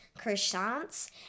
croissants